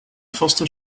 foster